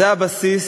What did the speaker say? זה הבסיס